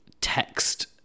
text